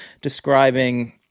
describing –